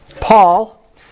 Paul